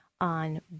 on